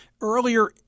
Earlier